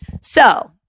So-